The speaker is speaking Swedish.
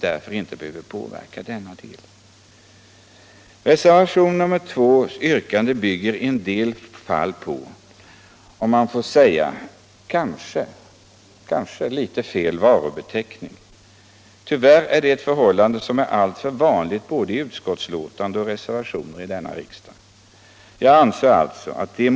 Yrkandet i reservationen 2 bygger delvis på, kanska man kan säga, en felaktig varubeteckning. Tyvärr är detta alltför vanligt både i betänkanden och i reservationer.